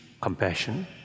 compassion